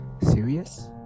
serious